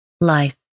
life